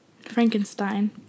Frankenstein